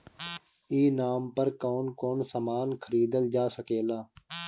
ई नाम पर कौन कौन समान खरीदल जा सकेला?